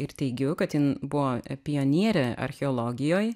ir teigiu kad jin buvo pionierė archeologijoj